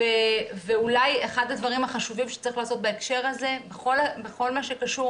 אולי אחד הדברים החשובים שצריך לעשות בהקשר הזה בכל מה שקשור